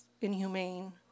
inhumane